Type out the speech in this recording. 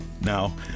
Now